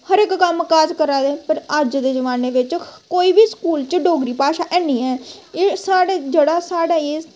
हर इक कम्म काज करा दे पर अज्ज दे जमाने बिच्च कोई बी स्कूल च डोगरी भाशा ऐनी ऐ एह् साढ़ा जेह्ड़ा साढ़ा